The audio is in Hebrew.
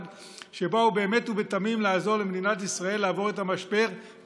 שבאו באמת ובתמים לעזור למדינת ישראל לעבור את המשבר,